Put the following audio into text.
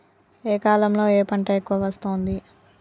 ఏ కాలంలో ఏ పంట ఎక్కువ వస్తోంది?